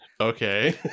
Okay